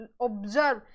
observe